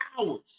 hours